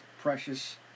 precious